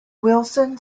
wilson